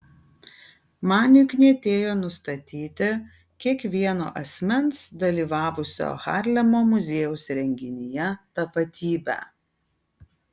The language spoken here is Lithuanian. maniui knietėjo nustatyti kiekvieno asmens dalyvavusio harlemo muziejaus renginyje tapatybę